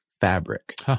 fabric